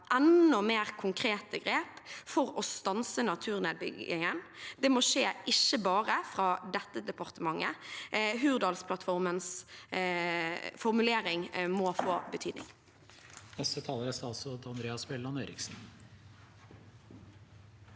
enda mer konkrete grep for å stanse naturnedbyggingen. Det må ikke bare skje fra dette departementet. Hurdalsplattformens formulering må få betydning. Statsråd Andreas Bjelland Eriksen